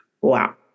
Wow